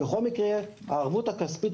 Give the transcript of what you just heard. שבכל מקרה הערבות הכספית,